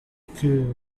que